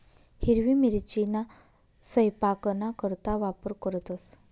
हिरवी मिरचीना सयपाकना करता वापर करतंस